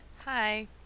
Hi